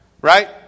right